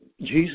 Jesus